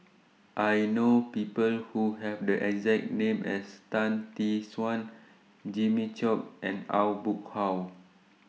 I know People Who Have The exact name as Tan Tee Suan Jimmy Chok and Aw Boon Haw